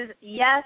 yes